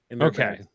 Okay